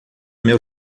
meu